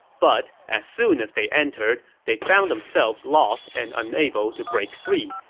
but as soon as they entered, they found themselves lost and unable to break free.